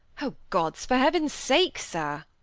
o gods! for heav'n's sake, sir.